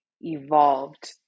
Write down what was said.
evolved